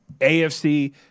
AFC